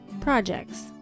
Projects